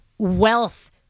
wealth